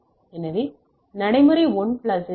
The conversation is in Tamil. எனவே நடைமுறையில் 1 பிளஸ் எஸ்